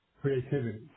creativity